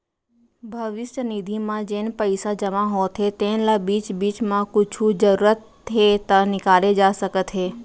भविस्य निधि म जेन पइसा जमा होथे तेन ल बीच बीच म कुछु जरूरत हे त निकाले जा सकत हे